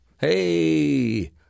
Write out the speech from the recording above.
Hey